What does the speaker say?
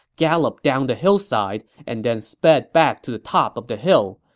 galloped down the hillside, and then sped back to the top of the hill,